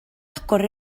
agor